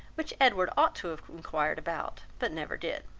which edward ought to have inquired about, but never did.